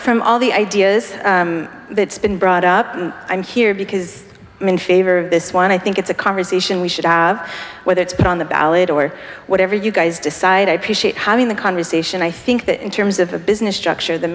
from all the ideas that's been brought up i'm here because i'm in favor of this one i think it's a conversation we should have whether it's on the ballot or whatever you guys decide i appreciate having the conversation i think that in terms of the business structure the